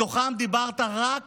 מתוכן דיברת רק